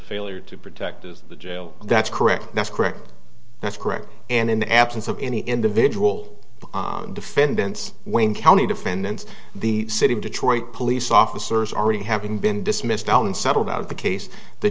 failure to protect is the jail that's correct that's correct that's correct and in the absence of any individual defendants wayne county defendants the city of detroit police officers already having been dismissed and settled out of the case the